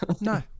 No